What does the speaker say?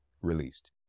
released